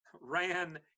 ran